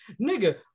nigga